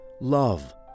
love